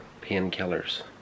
painkillers